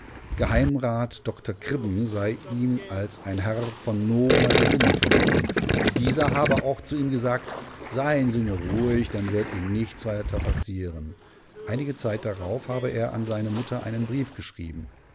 rat dr kribben sei ihm als ein herr von nobler gesinnung vorgekommen dieser habe auch zu ihm gesagt seien sie nur ruhig dann wird ihnen nichts weiter passieren einige zeit darauf habe er an seine mutter einen brief geschrieben